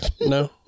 No